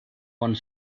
one